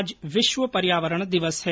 आज विश्व पर्यावरण दिवस है